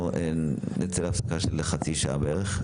אנחנו נמצא להפסקה של חצי שעה בערך.